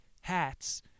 hats